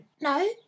No